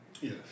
Yes